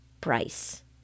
price